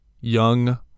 Young